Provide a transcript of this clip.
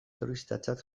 terroristatzat